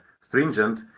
stringent